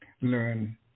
learn